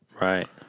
right